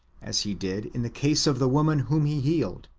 as he did in the case of the woman whom he healed,